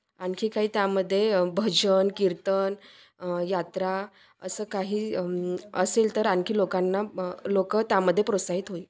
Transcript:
आणखी काही त्यामध्ये भजन कीर्तन यात्रा असं काही असेल तर आणखी लोकांना म लोकं त्यामध्ये प्रोत्साहित होईल